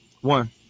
One